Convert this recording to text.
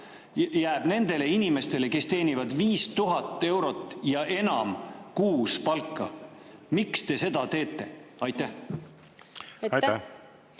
jääb nendele inimestele, kes teenivad 5000 eurot ja enam kuus palka? Miks te seda teete? Aitäh!